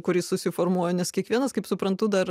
kuris susiformuoja nes kiekvienas kaip suprantu dar